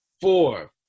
four